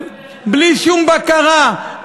בלי שום בקרה.